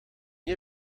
jij